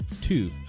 Two